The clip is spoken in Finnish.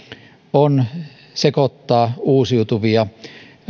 on sekoittaa uusiutuvia